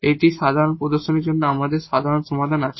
এই ধারণাটি প্রদর্শনের জন্য আমাদের সাধারণ সমাধান আছে